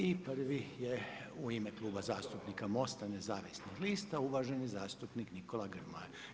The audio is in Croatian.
I prvi je u ime Kluba zastupnika MOST-a nezavisnih lista uvaženi zastupnik Nikola Grmoja.